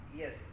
yes